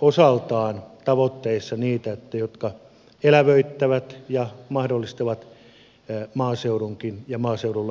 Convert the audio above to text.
osaltaan tavoitteissaan niitä jotka elävöittävät ja mahdollistavat maaseudunkin ja maaseudulla elämisen